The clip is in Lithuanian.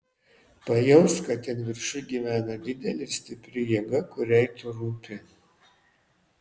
pajausk kad ten viršuj gyvena didelė ir stipri jėga kuriai tu rūpi